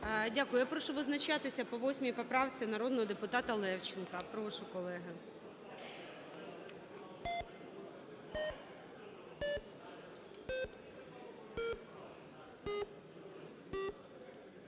Дякую. Я прошу визначатись по 8 поправці народного депутата Левченка. Прошу, колеги.